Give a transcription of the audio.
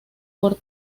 del